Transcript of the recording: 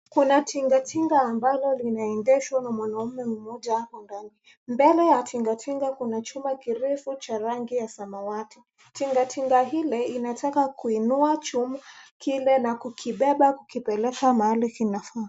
Kuna tingatinga ambalo linaendeshwa na mwanaume mmoja hapo ndani. Mbele ya tingatinga kuna chuma kirefu cha rangi ya samawati. Tingatinga ile inataka kuinua chuma kile na kukibeba kukipeleka mahali kinafaa.